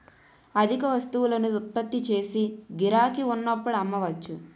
అధిక వస్తువులను ఉత్పత్తి చేసి గిరాకీ ఉన్నప్పుడు అమ్మవచ్చు